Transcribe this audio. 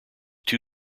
too